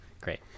Great